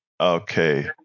Okay